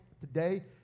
today